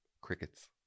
Crickets